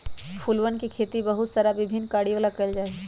फूलवन के खेती बहुत सारा विभिन्न कार्यों ला कइल जा हई